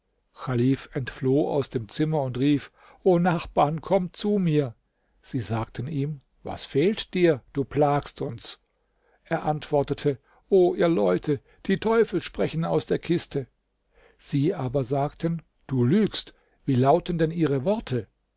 aus dem zimmer und rief o nachbarn kommt zu mir sie sagten ihm was fehlt dir du plagst uns er antwortete o ihr leute die teufel sprechen aus der kiste sie aber sagten du lügst wie lauten denn ihre worte